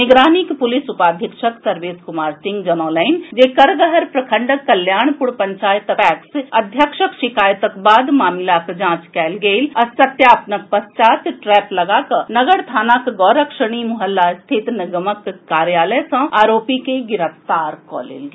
निगरानीक प्रलिस उपाधीक्षक सर्वेश कुमार सिंह जनौलनि जे करगहर प्रखंडक कल्याणपुर पंचायतक पैक्स अध्यक्षक शिकायतक बाद मामिलाक जांच कयल गेल आ सत्यापनक पश्चात ट्रैप लगाकऽ नगर थानाक गौरक्षणी मोहल्ला स्थित निगमक कार्यालय सॅ आरोपी के गिरफ्तार कऽ लेल गेल